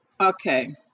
okay